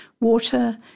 water